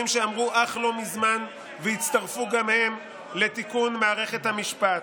שאמרו אך לא מזמן ויצטרפו גם הם לתיקון מערכת המשפט,